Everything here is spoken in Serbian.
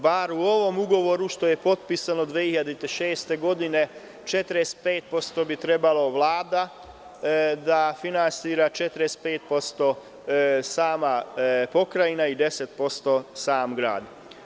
Bar u ovom ugovoru, koji je potpisan 2006. godine, 45% bi trebalo Vlada da finansira, 45% sama Pokrajina i 10% sam grad.